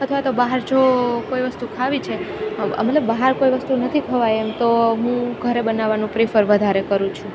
અથવા તો બહાર જો કોઈ વસ્તુ ખાવી છે મતલબ બહાર કોઈ વસ્તુ નથી ખવાય એમ તો હું ઘરે બનાવાનું પ્રિફર વધારે કરું છું